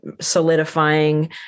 solidifying